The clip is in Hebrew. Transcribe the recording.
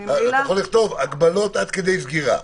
אתה יכול לכתוב הגבלות עד כדי סגירה.